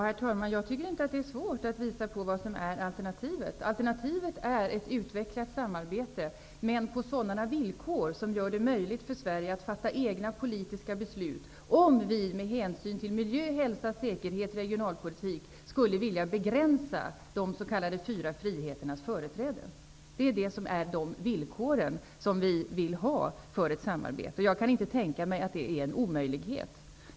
Herr talman! Jag tycker inte att det är svårt att visa på vad som är alternativet. Alternativet är ett utvecklat samarbete, men på sådana villkor som gör det möjligt för Sverige att fatta egna politiska beslut, om vi med hänsyn till miljö, hälsa, säkerhet och regionalpolitik skulle vilja begränsa de s.k. fyra friheternas företräde. Det är de villkor som vi vill ha för ett samarbete. Jag kan inte tänka mig att det är en omöjlighet.